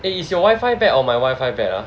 eh is your wifi bad or my wifi bad ah